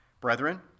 Brethren